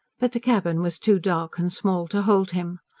but the cabin was too dark and small to hold him.